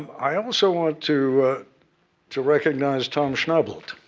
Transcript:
i also want to to recognize tom schnaubelt.